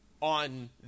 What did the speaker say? on